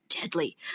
deadly